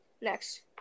next